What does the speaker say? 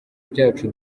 byacu